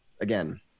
again